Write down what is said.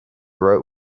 wrote